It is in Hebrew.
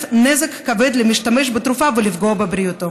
נזק כבד למשתמש בתרופה ולפגוע בבריאותו.